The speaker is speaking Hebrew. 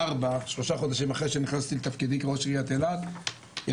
שלושה חודשים אחרי שנכנסתי לתפקידי כראש עיריית אילת יצאה